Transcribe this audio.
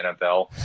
NFL